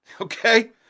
Okay